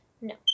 No